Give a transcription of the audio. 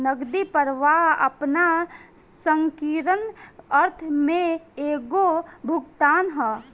नगदी प्रवाह आपना संकीर्ण अर्थ में एगो भुगतान ह